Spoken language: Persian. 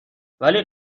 ولی